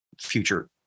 future